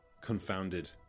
confounded